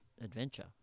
adventure